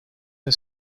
her